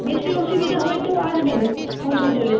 বেশি অসুবিধা হয় তো আসবেন হসপিটালে